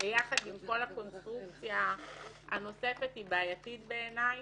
ביחד עם כל הקונסטרוקציה הנוספת היא בעייתית בעיניי,